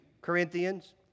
Corinthians